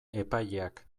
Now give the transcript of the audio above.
epaileak